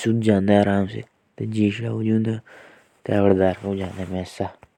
सो जाएंगे।